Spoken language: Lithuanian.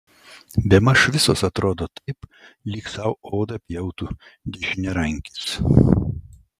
bemaž visos atrodo taip lyg sau odą pjautų dešiniarankis